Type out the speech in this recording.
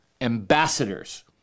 ambassadors